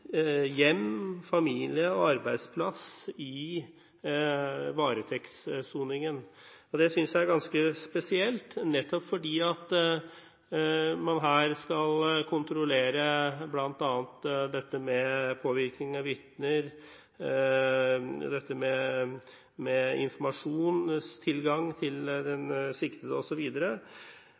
hjem, familie og arbeidsplass i varetektssoningen. Det synes jeg er ganske spesielt fordi man her skal kontrollere bl.a. påvirkning av vitner, den siktedes informasjonstilgang osv. Dette